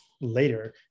later